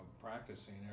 practicing